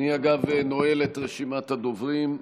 אגב, אני נועל את רשימת הדוברים.